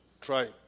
try